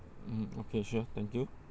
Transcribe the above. mm okay sure thank you